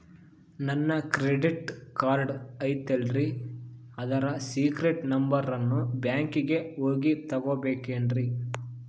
ನನ್ನ credit card ಐತಲ್ರೇ ಅದರ ಸೇಕ್ರೇಟ್ ನಂಬರನ್ನು ಬ್ಯಾಂಕಿಗೆ ಹೋಗಿ ತಗೋಬೇಕಿನ್ರಿ?